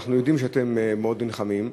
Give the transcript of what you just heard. ואנחנו יודעים שאתם מאוד נלחמים,